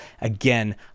again